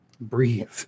breathe